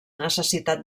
necessitat